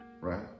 Right